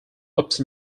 ups